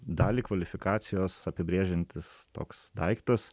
dalį kvalifikacijos apibrėžiantis toks daiktas